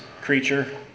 creature